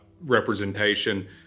representation